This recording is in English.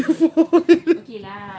ya only